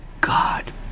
God